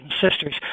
sisters